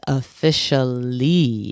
officially